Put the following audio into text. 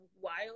wild